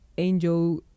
Angel